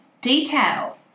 detail